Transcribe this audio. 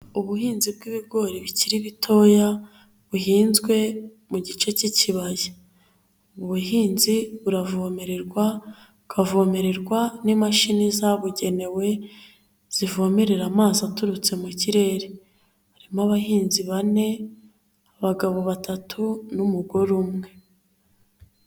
Ubuhinzi bw'ibigori bikiri bitoya buhinzwe mu gice cy'ikibaya. Ubuhinzi buravomererwa bukavomererwa n'imashini zabugenewe zivomererera amazi aturutse mu kirere, harimo abahinzi bane abagabo batatu n'umugore umwe.